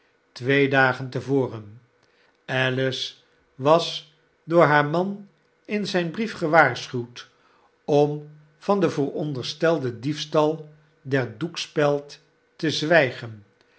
twee dagen te voren alice was door haar man in zyn brief gewaarschutvd om van den vooronderstelden diefstal der doekspeld te zwygen